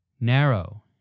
Narrow